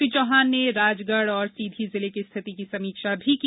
श्री चौहान ने राजगढ़ और सीधी जिले की स्थिति की समीक्षा की